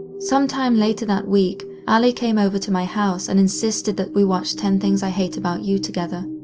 sometime later that week allie came over to my house and insisted that we watched ten things i hate about you together.